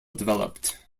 developed